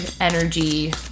energy